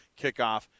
kickoff